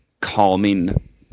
calming